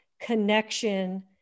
connection